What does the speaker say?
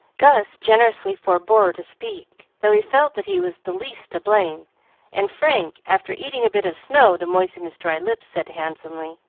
gus generously forebore to speak, though he felt that he was the least to blame and frank, after eating a bit of snow to moisten his dry lips, said, handsomely